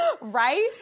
Right